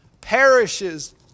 perishes